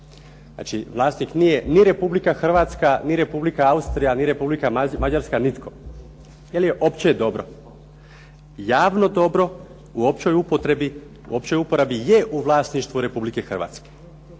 Znači vlasnik nije ni RH ni Republika Austrija, ni Republika Mađarska, nitko jer je opće dobro javno dobro u općoj uporabi je u vlasništvu RH. i prije